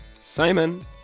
Simon